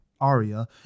Aria